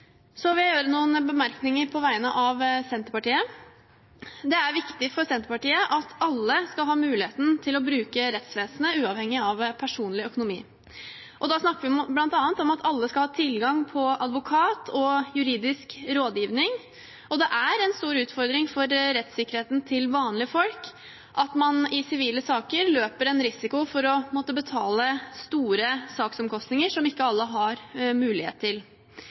så komme med noen bemerkninger på vegne av Senterpartiet. Det er viktig for Senterpartiet at alle skal ha mulighet til å bruke rettsvesenet uavhengig av personlig økonomi. Da snakker vi bl.a. om at alle skal ha tilgang til advokat og juridisk rådgivning. Det er en stor utfordring for rettssikkerheten til vanlige folk at man i sivile saker løper en risiko for å måtte betale store saksomkostninger, noe ikke alle har mulighet til.